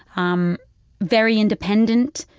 um very independent.